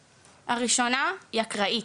הראשונה, היא אקראית.